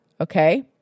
Okay